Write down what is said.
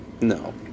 No